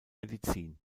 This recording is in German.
medizin